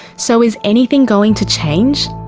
so is anything going to change?